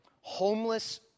homeless